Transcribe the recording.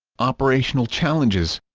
operational challenges